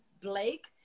Blake